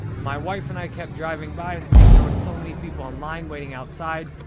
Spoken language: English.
my wife and i kept driving by and seeing there were so many people on line, waiting outside.